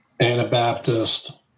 Anabaptist